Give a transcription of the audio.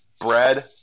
bread